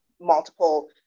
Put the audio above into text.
multiple